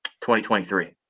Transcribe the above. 2023